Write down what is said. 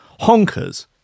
honkers